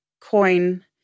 coin